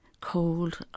cold